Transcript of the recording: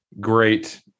great